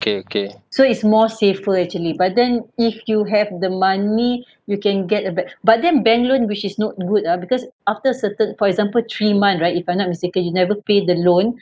so it's more safer actually but then if you have the money you can get a ba~ but then bank loan which is not good ah because after certain for example three month right if I'm not mistaken you never pay the loan